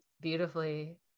beautifully